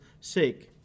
sake